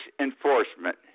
enforcement